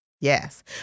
Yes